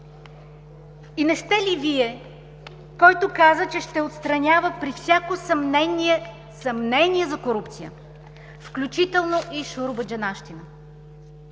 И не сте ли Вие, който каза, че ще отстранява при всяко съмнение – съмнение за корупция, включително и шуробаджанащина?